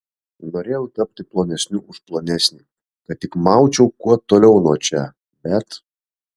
norėjau tapti plonesniu už plonesnį kad tik maučiau kuo toliau nuo čia bet